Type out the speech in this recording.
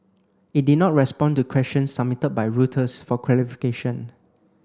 it did not respond to questions submitted by Reuters for clarification